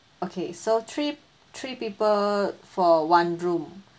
okay so three three people for one room